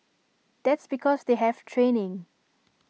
that's because they have training